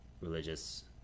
religious